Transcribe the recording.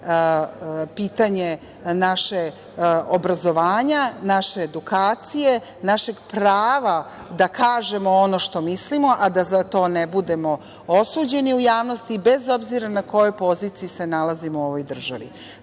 pitanje našeg obrazovanja, naše edukacije, našeg prava da kažemo ono što mislimo, a da za to ne budemo osuđeni u javnosti, bez obzira na kojoj poziciji se nalazimo u ovoj državi,